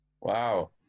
Wow